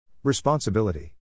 Responsibility